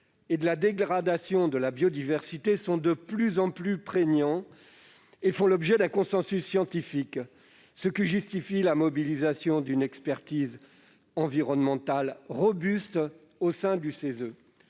et la dégradation de la biodiversité sont de plus en plus prégnants et font l'objet d'un consensus scientifique, ce qui justifie la mobilisation d'une robuste expertise environnementale au sein du CESE.